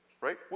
right